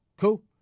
Cool